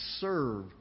serve